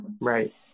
Right